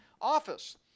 Office